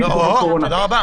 או-ו, תודה רבה.